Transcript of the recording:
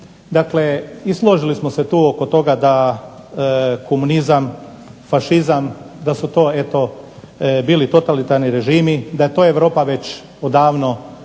Dakle, složili smo se tu oko toga da komunizam, fašizam da su to bili totalitarni režimi, da je to Europa davno već